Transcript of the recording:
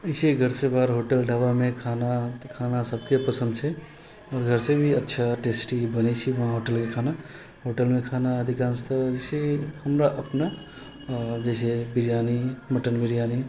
अइसे घरसँ बाहर होटल ढाबामे खाना तऽ खाना सबके पसन्द छै घरसँ भी अच्छा टेस्टी बनै छै उहाँ होटेलके खाना होटेलमे खाना अधिकांशतः जे छै हमरा अपना अऽ जैसे बिरियानी मटन बिरियानी